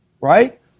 right